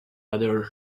other